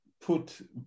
put